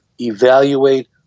evaluate